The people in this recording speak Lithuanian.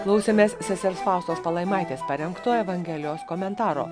klausėmės sesers faustos palaimaitės parengto evangelijos komentaro